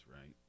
right